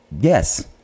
yes